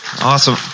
Awesome